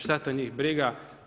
Šta to njih briga.